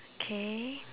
okay